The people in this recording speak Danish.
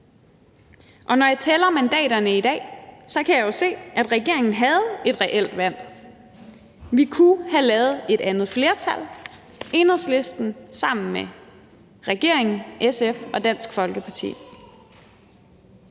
ud. Når jeg tæller mandaterne i dag, kan jeg jo se, at regeringen havde et reelt valg. Vi kunne have lavet et andet flertal – Enhedslisten sammen med regeringen, SF og Dansk Folkeparti.